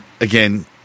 again